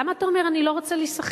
למה אתה אומר: אני לא רוצה להיסחט?